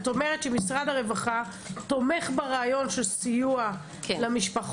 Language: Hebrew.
את אומרת שמשרד הרווחה תומך ברעיון של סיוע למשפחות